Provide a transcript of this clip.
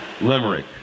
Limerick